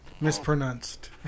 mispronounced